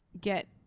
get